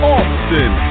Austin